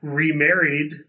remarried